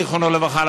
זיכרונו לברכה,